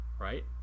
right